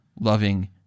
loving